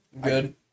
good